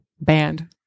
band